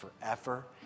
forever